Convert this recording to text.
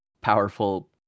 powerful